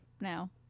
now